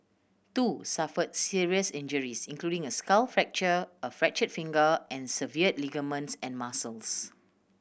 two suffered serious injuries including a skull fracture a fractured finger and severed ligaments and muscles